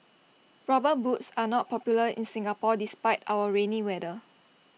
rubber boots are not popular in Singapore despite our rainy weather